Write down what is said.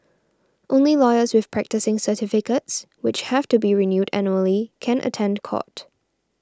only lawyers with practising certificates which have to be renewed annually can attend court